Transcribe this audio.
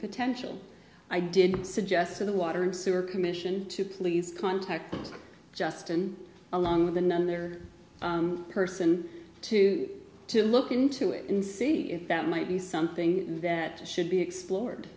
potential i did suggest to the water and sewer commission to please contact justin the none there person to to look into it and see if that might be something that should be explored